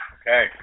Okay